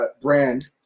brand